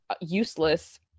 useless